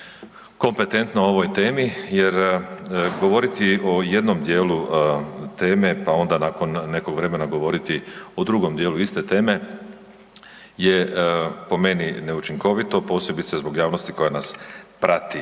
kompetentno o ovoj temi jer govoriti o jednom dijelu teme pa onda nakon nekog vremena govoriti o drugom dijelu iste teme je po meni neučinkovito. Posebice zbog javnosti koja nas prati.